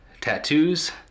tattoos